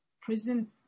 prison